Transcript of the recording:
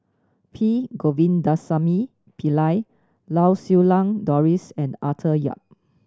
P Govindasamy Pillai Lau Siew Lang Doris and Arthur Yap